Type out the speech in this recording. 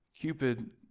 Cupid